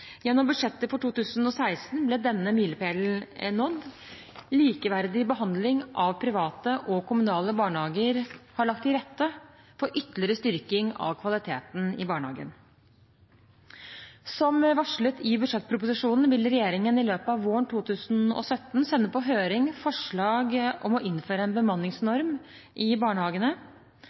Gjennom budsjettet for 2016 ble denne milepælen nådd. Likeverdig behandling av private og kommunale barnehager har lagt til rette for ytterligere styrking av kvaliteten i barnehagen. Som varslet i budsjettproposisjonen vil regjeringen i løpet av våren 2017 sende på høring et forslag om å innføre en bemanningsnorm i barnehagene.